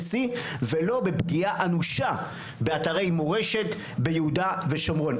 C ולא בפגיעה אנושה באתרי מורשת ביהודה ושומרון.